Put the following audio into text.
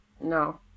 No